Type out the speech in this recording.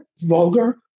vulgar